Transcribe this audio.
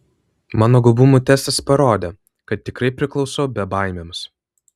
mano gabumų testas parodė kad tikrai priklausau bebaimiams